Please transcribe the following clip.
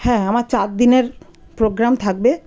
হ্যাঁ আমার চার দিনের প্রোগ্রাম থাকবে